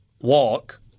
walk